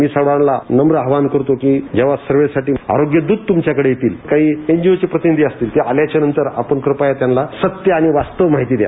मी सगळ्यांना नम्र आवाहन करतो की जेंव्हा सर्व्हेसाठी आरोग्यद्रत तुमच्याकडे येतील काही एनजीओचे प्रतिनिधी असतील ते आल्याच्यानंतर आपण कृपया त्यांना सत्य आणि रास्त माहिती द्या